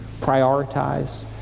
prioritize